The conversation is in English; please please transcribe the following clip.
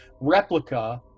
replica